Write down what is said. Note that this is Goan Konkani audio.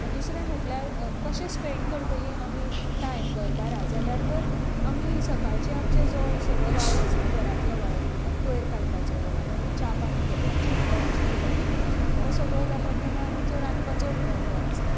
दुसरें म्हणल्यार कशें स्पॅन्ड करतलीं आमी टायम जाल्यार आमी सकाळचें जें आमचो सगळो आसता घरांतलो वावर म्हणटा कोयर काडपाचो च्या पाणी करपाची देवाची पुजा करपाची हो सगळो जालो की आमचो रांदपाचो बोवाल आसता